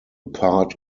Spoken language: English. part